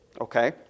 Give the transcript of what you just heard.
Okay